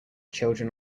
children